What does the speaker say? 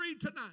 tonight